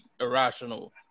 irrational